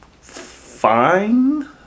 fine